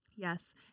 Yes